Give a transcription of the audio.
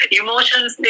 emotions